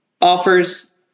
offers